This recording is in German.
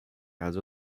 also